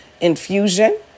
infusion